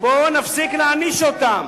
בואו נפסיק להעניש אותם,